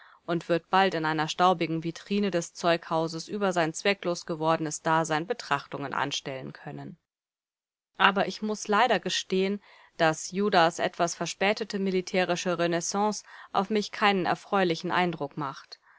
und wird bald in einer staubigen vitrine des zeughauses über sein zwecklos gewordenes dasein betrachtungen anstellen können aber ich muß leider gestehen daß judas etwas verspätete militärische renaissance auf mich keinen erfreulichen eindruck macht